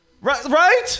Right